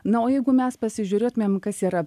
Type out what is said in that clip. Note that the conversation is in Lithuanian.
na o jeigu mes pasižiūrėtumėm kas yra